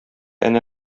әнә